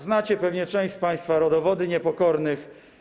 Znacie, pewnie część z państwa zna rodowody niepokornych.